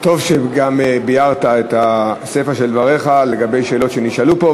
טוב שגם ביארת את דבריך לגבי שאלות שנשאלו פה.